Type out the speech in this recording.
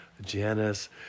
Janice